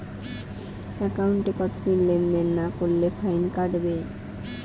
একাউন্টে কতদিন লেনদেন না করলে ফাইন কাটবে?